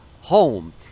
home